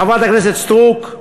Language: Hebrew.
חברת הכנסת סטרוק,